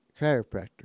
chiropractor